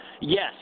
Yes